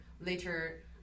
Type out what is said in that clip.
later